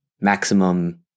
maximum